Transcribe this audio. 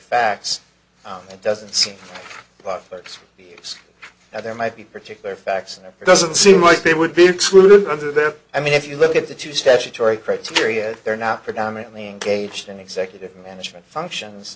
facts it doesn't seem by folks here that there might be particular facts and it doesn't seem like they would be excluded under there i mean if you look at the two statutory criteria they're not predominantly engaged in executive management functions